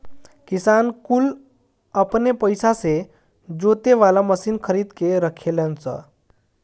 किसान कुल अपने पइसा से जोते वाला मशीन खरीद के रखेलन